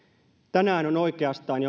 tänään on oikeastaan